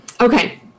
Okay